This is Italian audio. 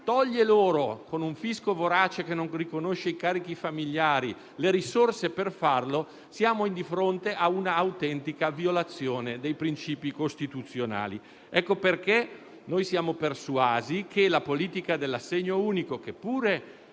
per farlo, con un fisco vorace che non riconosce i carichi familiari, siamo di fronte a un'autentica violazione dei princìpi costituzionali. Per questo siamo persuasi che la politica dell'assegno unico, che pure